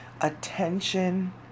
attention